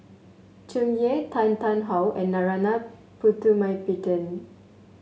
Tsung Yeh Tan Tarn How and Narana Putumaippittan